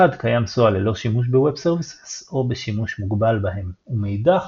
מחד קיים SOA ללא שימוש ב Web Services או בשימוש מוגבל בהם ומאידך